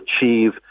achieve